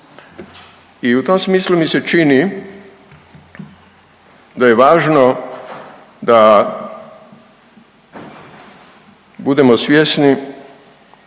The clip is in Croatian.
i u tom smislu mi se čini da je važno da budemo svjesni